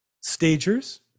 Stagers